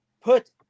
put